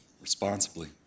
responsibly